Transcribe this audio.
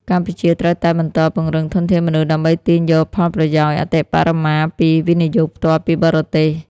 កម្ពុជាត្រូវតែបន្តពង្រឹងធនធានមនុស្ស ដើម្បីទាញយកផលប្រយោជន៍អតិបរមាពី វិនិយោគផ្ទាល់ពីបរទេស។